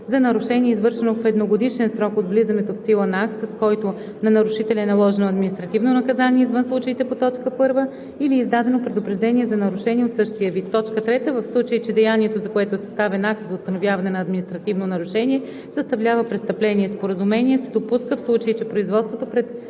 за нарушение, извършено в едногодишен срок от влизането в сила на акт, с който на нарушителя е наложено административно наказание извън случаите по т. 1, или е издадено предупреждение за нарушение от същия вид; 3. в случай че деянието, за което е съставен акт за установяване на административно нарушение, съставлява престъпление; споразумение се допуска, в случай че производството пред